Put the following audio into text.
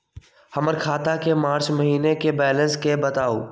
हमर खाता के मार्च महीने के बैलेंस के बताऊ?